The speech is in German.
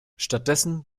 stattdessen